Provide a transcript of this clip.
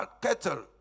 cattle